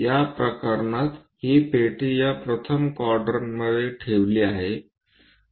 या प्रकरणात ही पेटी या प्रथम क्वाड्रन्टमध्ये ठेवली आहे